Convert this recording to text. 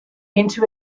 into